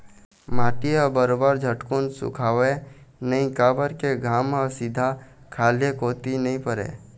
माटी ह बरोबर झटकुन सुखावय नइ काबर के घाम ह सीधा खाल्हे कोती नइ परय